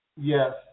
Yes